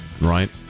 Right